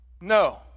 no